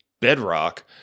bedrock